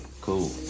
Cool